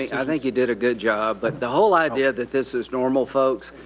i think you did a good job but the whole idea that this is normal folks,